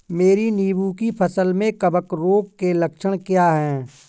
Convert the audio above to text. मेरी नींबू की फसल में कवक रोग के लक्षण क्या है?